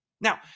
Now